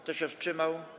Kto się wstrzymał?